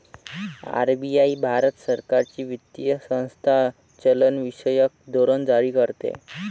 RBI Bharat सरकारची वित्तीय संस्था चलनविषयक धोरण जारी करते